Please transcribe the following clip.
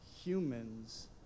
humans